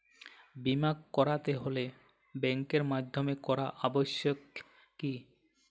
বিমা করাতে হলে ব্যাঙ্কের মাধ্যমে করা আবশ্যিক কি?